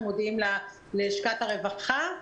אנחנו מודיעים ללשכת הרווחה.